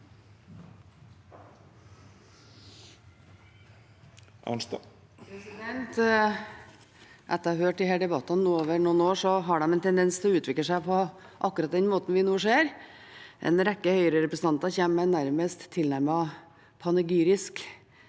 Etter å ha hørt disse debattene over noen år har de en tendens til å utvikle seg på akkurat den måten vi nå ser: En rekke Høyre-representanter kommer med nærmest panegyrisk